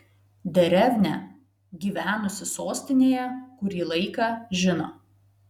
derevnia gyvenusi sostinėje kurį laiką žino